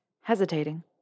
Hesitating